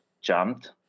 jumped